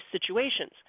situations